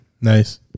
Nice